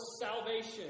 salvation